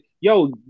yo